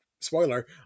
spoiler